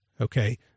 Okay